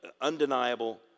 undeniable